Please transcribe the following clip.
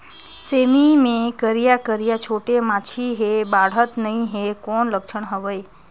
सेमी मे करिया करिया छोटे माछी हे बाढ़त नहीं हे कौन लक्षण हवय?